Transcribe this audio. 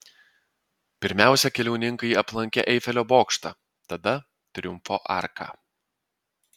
pirmiausia keliauninkai aplankė eifelio bokštą tada triumfo arką